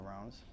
rounds